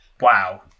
Wow